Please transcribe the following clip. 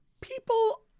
people